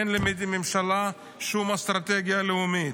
אין לממשלה שום אסטרטגיה לאומית.